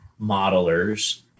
modelers